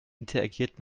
interagiert